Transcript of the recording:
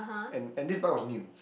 and and this bike was new